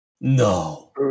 No